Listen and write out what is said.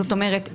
זאת אומרת,